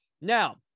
now